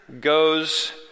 goes